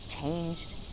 changed